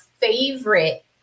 favorite